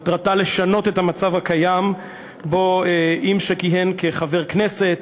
מטרתה לשנות את המצב הקיים שבו מי שכיהן כחבר כנסת,